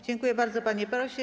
Dziękuję bardzo, panie pośle.